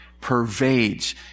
pervades